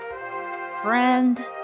Friend